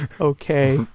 Okay